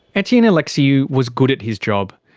etienne alexiou was good at his job.